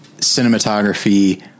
cinematography